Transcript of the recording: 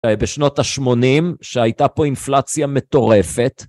בשנות ה-80, שהייתה פה אינפלציה מטורפת.